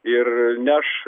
ir ne aš